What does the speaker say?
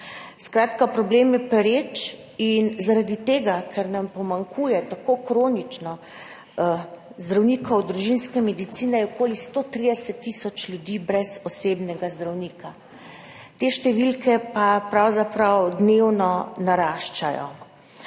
Skratka, problem je pereč in zaradi tega, ker nam tako kronično primanjkuje zdravnikov družinske medicine, je okoli 130 tisoč ljudi brez osebnega zdravnika. Te številke pa pravzaprav dnevno naraščajo.